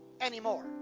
anymore